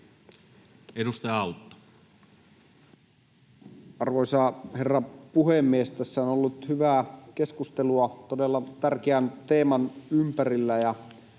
Content: Arvoisa herra puhemies! Tässä on ollut hyvää keskustelua todella tärkeän teeman ympärillä,